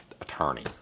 attorney